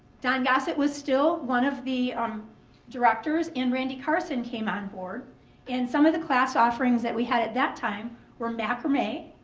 don gossett was still one of the directors and randy carson came on board. and some of the class offerings that we had at that time were macrame,